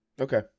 Okay